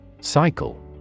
Cycle